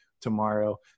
tomorrow